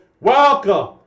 welcome